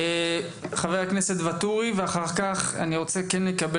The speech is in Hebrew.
חבר הכנסת ואטורי ואחר כך אני רוצה כן לקבל